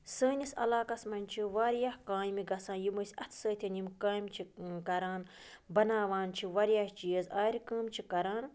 سٲنِس علاقَس منٛز چھِ واریاہ کامہِ گَژھان یِم أسۍ اَتھٕ سۭتۍ یِم کامہِ چھِ کَران بَناوان چھِ واریاہ چیٖز آرِ کٲم چھِ کَران